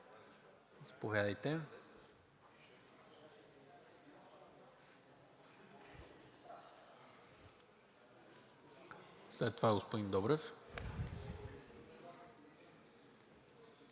След това господин Добрев.